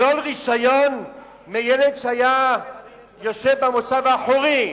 לשלול רשיון בגלל ילד במושב האחורי,